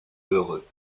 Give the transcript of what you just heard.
heureux